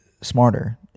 smarter